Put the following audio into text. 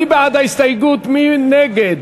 רע"ם-תע"ל-מד"ע,